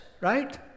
right